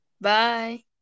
Bye